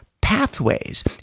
pathways